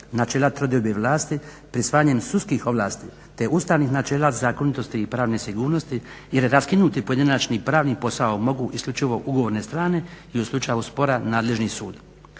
načela trodiobe vlasti prisvajanjem sudskih ovlasti te ustavnih načela zakonitosti i pravne sigurnosti jer raskinuti pojedinačni pravni posao mogu isključivo ugovorne strane i u slučaja spora nadležni sud.